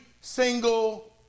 single